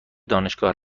دانشگاه